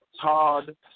Todd